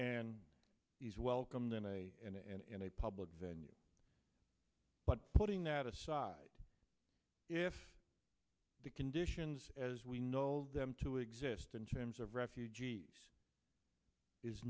and he's welcomed in a and in a public venue but putting that aside if the conditions as we know them to exist in terms of refugees is